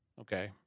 okay